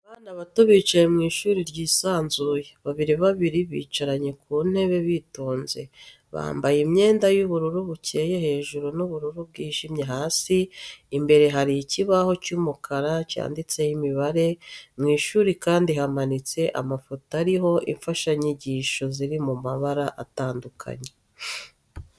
Abana bato bicaye mu ishuri ryisanzuye, babiri babiri bicaranye ku ntebe bitonze, bambaye imyenda y'ubururu bukeye hejuru n'ubururu bwijimye hasi, imbere hari ikibaho cy'umukara cyanditseho imibare, mu ishuri kandi hamanitse amafoto ariho imfashanyigisho ziri mu mabara atandukanye.